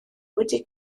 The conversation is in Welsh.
wedi